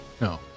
No